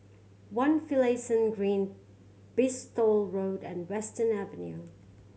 One Finlayson Green Bristol Road and Western Avenue